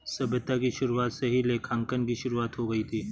सभ्यता की शुरुआत से ही लेखांकन की शुरुआत हो गई थी